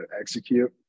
execute